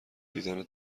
دیدن